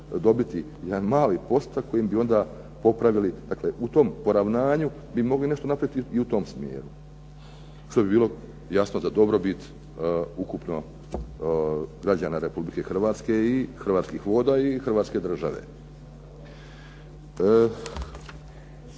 dobiti jedan mali postotak kojim bi onda popravili, dakle u tom poravnanju bi mogli nešto napraviti u tom smjeru, što bi bilo jasno za dobrobit ukupno građana Republike Hrvatske i Hrvatskih voda i Hrvatske države?